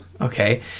Okay